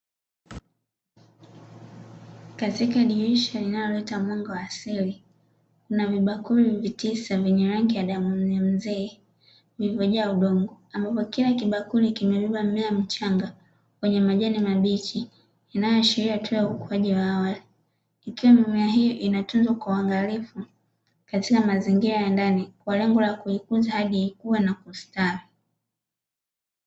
Katika dirisha inayoleta mwanga wa asili na vibakuli vitisa vyenya rangi ya damu ya mzee nilivyojaa udongo ambapo kila kibakuli kimebeba mmea mchanga wenye majani mabichi inayoashiria hatua ya ukuaji wa awali ikiwa mimea hiyo inatunzwa kuangaliafu katika mazingira ya ndani kwa lengo la kuikuza hadi kuwa na kustaa.